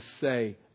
say